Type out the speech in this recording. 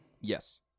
Yes